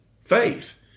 faith